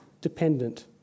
dependent